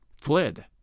fled